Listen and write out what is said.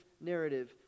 narrative